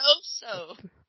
So-so